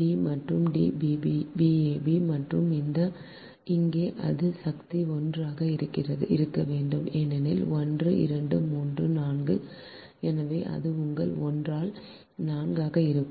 D மற்றும் dBab மற்றும் இங்கே அது சக்தி 1 ஆக இருக்க வேண்டும் ஏனெனில் 1 2 3 4 எனவே அது உங்கள் 1 ஆல் 4 ஆக இருக்கும்